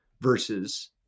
versus